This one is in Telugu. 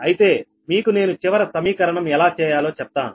అయితే మీకు నేను చివరి సమీకరణం ఎలా చేయాలో చెప్తాను